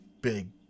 big